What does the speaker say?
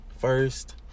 first